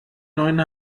neuen